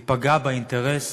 היא פגעה באינטרס